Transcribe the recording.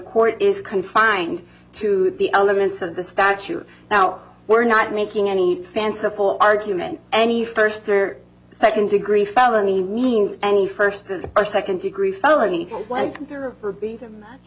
court is confined to the elements of the statute now we're not making any fanciful argument any first or second degree felony means any first or second degree felony